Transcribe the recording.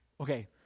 okay